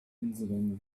insulin